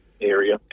area